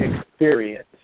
experience